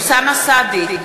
אוסאמה סעדי,